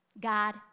God